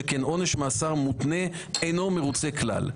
שכן עונש מאסר מותנה אינו מרוצה כלל.